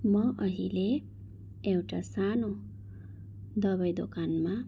म अहिले एउटा सानो दबाई दोकानमा